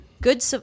good